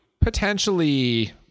potentially